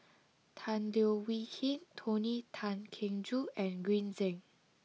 Tan Leo Wee Hin Tony Tan Keng Joo and Green Zeng